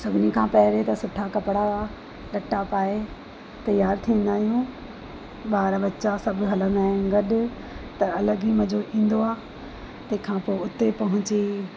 सभिनी खां पहिरें त सुठा कपिड़ा लटा पाए तयारु थींदा आहियूं ॿार बचा सभु हलंदा आहियूं गॾु त अलॻि ई मज़ो ईंदो आहे तंहिंखां पोइ उते पहुची